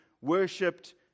worshipped